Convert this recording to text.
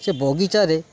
ସେ ବଗିଚାରେ